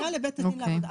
הפנייה לבית הדין לעבודה.